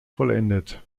vollendet